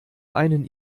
einen